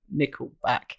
Nickelback